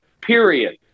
period